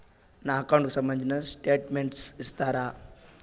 నా అకౌంట్ కు సంబంధించిన స్టేట్మెంట్స్ ఇస్తారా